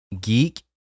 Geek